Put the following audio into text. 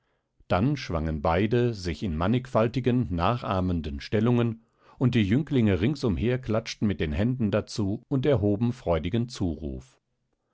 dann schwangen beide sich in mannigfaltigen nachahmenden stellungen und die jünglinge rings umher klatschten mit den händen dazu und erhoben freudigen zuruf